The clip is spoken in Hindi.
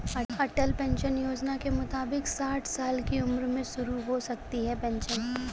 अटल पेंशन योजना के मुताबिक साठ साल की उम्र में शुरू हो सकती है पेंशन